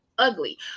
ugly